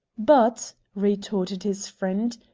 but, retorted his friend,